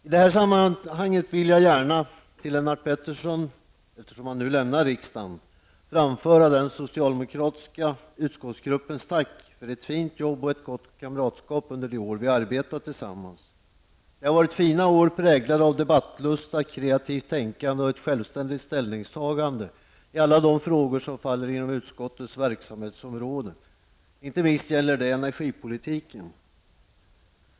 I de här sammanhanget vill jag gärna till Lennart Pettersson, eftersom han nu lämnar riksdagen, framföra den socialdemokratiska utskottsgruppens tack för ett fint arbete och ett gott kamratskap under de år vi arbetat tillsammans. Det har varit fina år präglade av debattlusta, kreativt tänkande och ett självständigt ställningstagande i alla de frågor som faller inom utskottets verksamhetsområde. Det gäller inte minst energipolitiken.